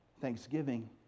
Thanksgiving